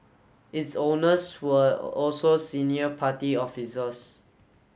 its owners were also senior party officers